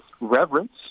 reverence